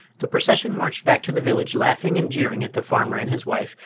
the procession marched back to the village laughing and jeering at the farmer and his wife,